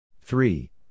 Three